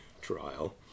trial